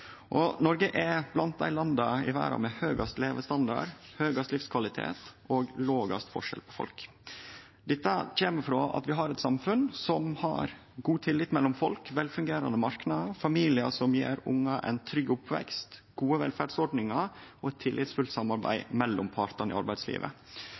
minka. Noreg er blant dei landa i verda med høgast levestandard, høgast livskvalitet og minst forskjell på folk. Dette kjem av at vi har eit samfunn med tillit mellom folk, velfungerande marknader, familiar som gjev ungar ein trygg oppvekst, gode velferdsordningar og eit tillitsfullt